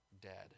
dead